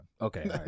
Okay